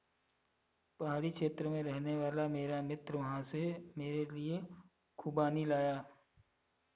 पहाड़ी क्षेत्र में रहने वाला मेरा मित्र वहां से मेरे लिए खूबानी लाया